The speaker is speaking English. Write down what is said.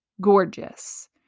Gorgeous